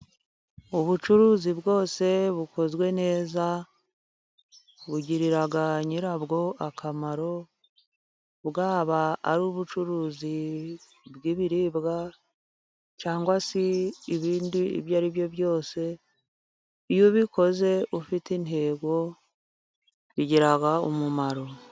Ubucuruzi bwose bukozwe neza bugirira nyirabwo akamaro, bwaba ari ubucuruzi bw'ibiribwa cyangwa se ibindi ibyo aribyo byose, iyo ubikoze ufite intego bigira umumaro.